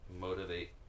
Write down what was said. motivate